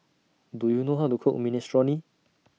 Do YOU know How to Cook Minestrone